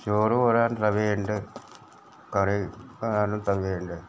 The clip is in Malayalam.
ചോറ് കോരാൻ തവി ഉണ്ട് കറി കോരാനും തവി ഉണ്ട്